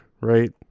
right